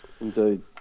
Indeed